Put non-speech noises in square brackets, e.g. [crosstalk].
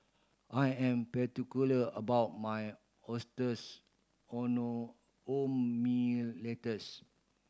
I am particular about my oysters [unintelligible] letters